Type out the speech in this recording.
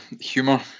humour